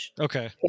Okay